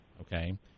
okay